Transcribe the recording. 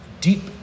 Deep